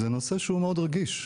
זה נושא שהוא מאוד רגיש.